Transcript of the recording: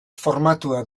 formatua